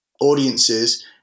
audiences